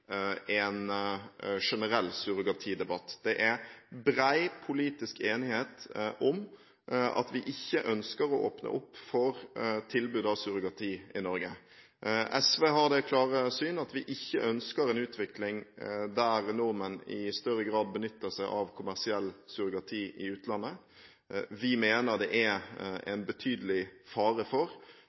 en generell surrogatidebatt. Det er bred politisk enighet om at vi ikke ønsker å åpne for tilbud om surrogati i Norge. SV har det klare syn at vi ikke ønsker en utvikling der nordmenn i større grad benytter seg av kommersiell surrogati i utlandet. Vi mener det er en betydelig fare for